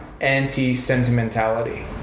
anti-sentimentality